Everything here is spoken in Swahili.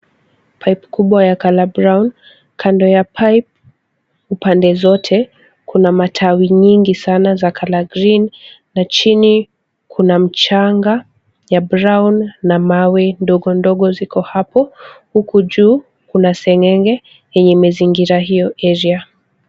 Pipe kubwa ya color brown , kando ya pipe , upande zote, kuna matawi nyingi sana za color green na chini kuna mchanga ya brown na mawe ndogo ndogo ziko hapo, huku juu kuna seng'enge yenye imezingira hiyo area .